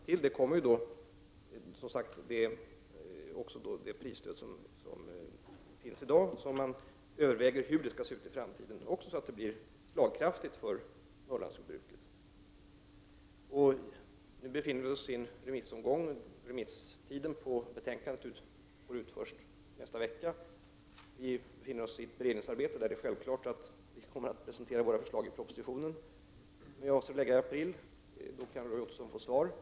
Till detta kommer också det prisstöd som finns i dag, vars framtida utseende man överväger för att det skall bli slagkraftigt för Norrlandsjordbruket. Remissomgången pågår för närvarande. Remisstiden för betänkandet går ut först nästa vecka. Beredningsarbetet pågår, och det är självklart att vi kommer att presentera våra förslag i den proposition vi avser att lägga fram i april. Då kan Roy Ottosson få svar.